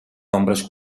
nombres